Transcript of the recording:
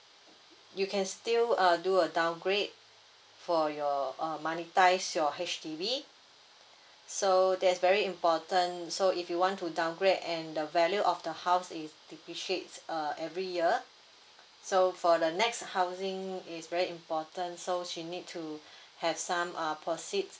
you can still uh do a downgrade for your uh monetise your H_D_B so that's very important so if you want to downgrade and the value of the house it depreciates uh every year so for the next housing is very important so she need to have some uh proceeds